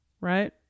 right